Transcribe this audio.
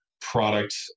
product